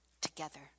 together